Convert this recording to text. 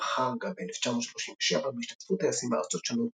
חארגה ב-1937 בהשתתפות טייסים מארצות שונות,